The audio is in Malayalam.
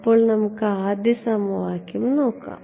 അതിനാൽ നമുക്ക് ആദ്യ സമവാക്യം നോക്കാം